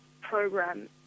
program